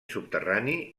subterrani